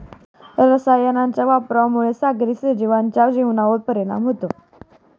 रसायनांच्या वापरामुळे सागरी सजीवांच्या जीवनावर परिणाम होतो